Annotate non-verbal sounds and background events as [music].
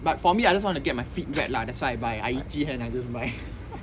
but for me I just want to get my feet wet lah that's why I buy I itchy hand I just buy [laughs]